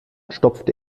stopfte